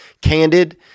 Candid